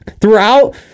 throughout